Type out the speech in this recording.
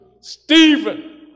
Stephen